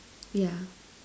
yeah